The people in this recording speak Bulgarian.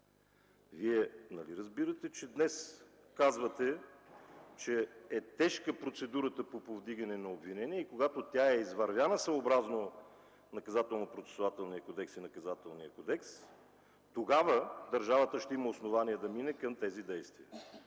нали разбирате, че днес казвате, че е тежка процедурата по повдигане на обвинение и когато тя е извървяна съобразно Наказателнопроцесуалния кодекс и Наказателния кодекс, тогава държавата ще има основание да мине към тези действия,